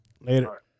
Later